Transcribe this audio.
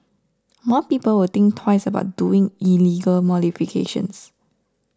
more people will think twice about doing illegal modifications